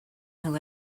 nhw